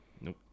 Nope